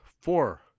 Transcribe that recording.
four